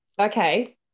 okay